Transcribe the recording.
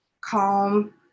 calm